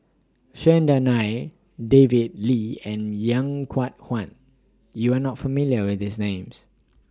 Chandran Nair David Lee and Chuan YOU Are not familiar with These Names